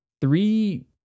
three